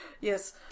Yes